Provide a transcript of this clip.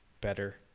better